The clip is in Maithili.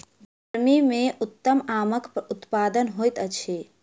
गर्मी मे उत्तम आमक उत्पादन होइत अछि